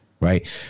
right